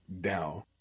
Down